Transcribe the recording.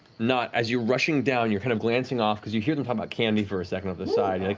nott, as you're rushing down, you're kind of glancing off, because you hear them talk about candy for a second over the side.